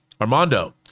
Armando